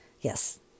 Yes